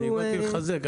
הפוך, באתי לחזק.